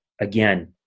Again